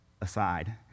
aside